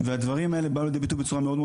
והדברים האלה באו לידי ביטוי בצורה מאוד מאוד